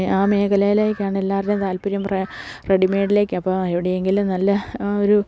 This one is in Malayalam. ആ മേഖലയിലേക്കാണ് എല്ലാവരുടെയും താൽപ്പര്യം റെഡിമേയ്ഡിലേക്ക് അപ്പം എവിടെയെങ്കിലും നല്ലൊരു